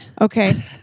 Okay